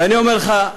ואני אומר לך,